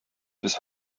bis